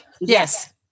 Yes